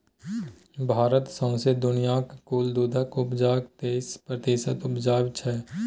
भारत सौंसे दुनियाँक कुल दुधक उपजाक तेइस प्रतिशत उपजाबै छै